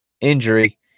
injury